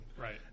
Right